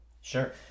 Sure